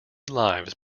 lives